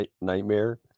nightmare